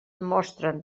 mostren